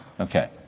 Okay